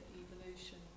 evolution